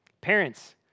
Parents